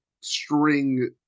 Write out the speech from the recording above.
string